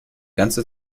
ganze